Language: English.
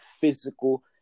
physical